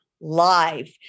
live